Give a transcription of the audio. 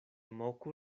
moku